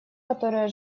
которая